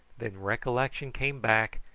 then recollection came back,